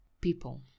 people